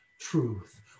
truth